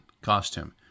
costume